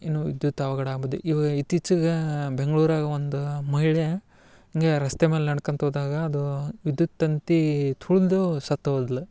ಏನು ವಿದ್ಯುತ್ ಅವಘಡ ಆಗುವುದು ಇತ್ತೀಚಿಗೆ ಬೆಂಗ್ಳೂರಾಗ ಒಂದು ಮಹಿಳೆ ಹಿಂಗೆ ರಸ್ತೆ ಮೇಲೆ ನಡ್ಕಂತ ಹೋದಾಗ ಅದು ವಿದ್ಯುತ್ ತಂತಿ ತುಳಿದು ಸತ್ತು ಹೋದ್ಲ